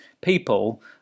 people